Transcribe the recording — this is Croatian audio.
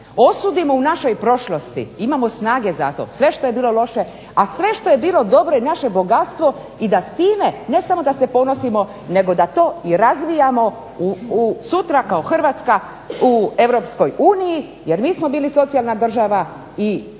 osudimo u našoj prošlosti. Imamo snage za to. Sve što je bilo loše, a sve što je bilo dobro je naše bogatstvo i da s time, ne samo da se ponosimo nego da to i razvijamo sutra kao Hrvatska u Europskoj uniji. Jer mi smo bili socijalna država i